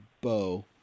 bow